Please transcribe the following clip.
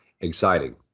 exciting